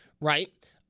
right